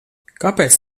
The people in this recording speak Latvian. kāpēc